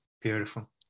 beautiful